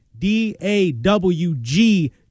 D-A-W-G